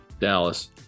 Dallas